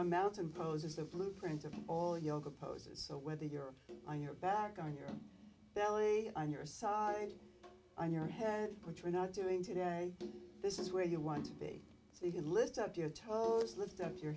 a mountain poses the blueprint of all yoga poses so whether you're on your back on your belly on your side on your head which are not doing today this is where you want to be so you can lift up your toes lift up your